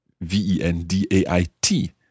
V-E-N-D-A-I-T